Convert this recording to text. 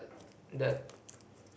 the